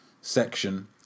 section